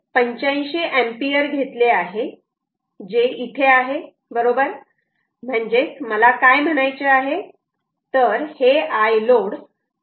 85 ampere घेतले आहे जे इथे आहे बरोबर म्हणजे मला काय म्हणायचे आहे तर हे Iload 0